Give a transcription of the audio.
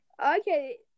Okay